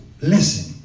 listen